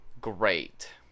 Great